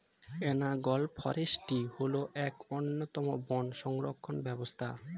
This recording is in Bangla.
অ্যানালগ ফরেস্ট্রি হল এক অন্যতম বন সংরক্ষণ ব্যবস্থা